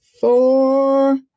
four